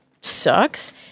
sucks